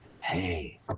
hey